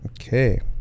Okay